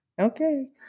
Okay